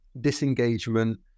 disengagement